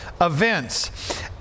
events